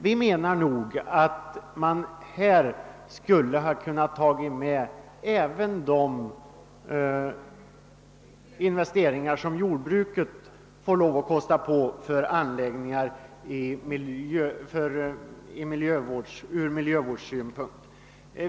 Vi reservanter anser att förslaget borde ha omfattat även investeringar som jordbrukare måste kosta på sig för anläggningar i miljövårdssyfte.